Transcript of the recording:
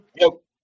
Nope